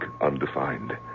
undefined